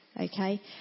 Okay